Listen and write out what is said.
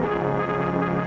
or